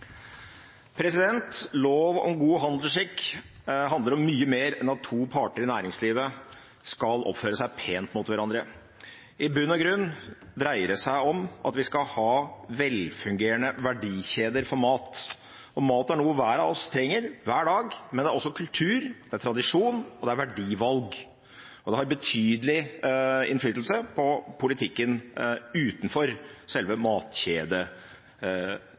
Lov om god handelsskikk handler om mye mer enn at to parter i næringslivet skal oppføre seg pent mot hverandre. I bunn og grunn dreier det seg om at vi skal ha velfungerende verdikjeder for mat. Mat er noe hver og en av oss trenger hver dag, men det er også kultur, tradisjon og verdivalg, og det har betydelig innflytelse på politikken utenfor selve